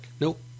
Nope